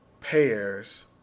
pairs